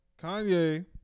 Kanye